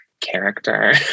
character